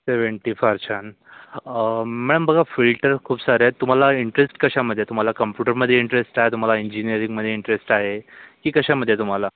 seventy फार छान अं मॅम बघा फिल्ड तर खूप सारे आहेत तुम्हाला इंटरेस्ट कशामध्ये कम्प्युटरमध्ये इंटरेस्ट आहे तुम्हाला इंजिनिअरिंगमध्ये इंटरेस्ट आहे की कशामध्ये आहे तुम्हाला